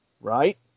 right